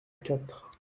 quatre